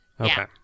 okay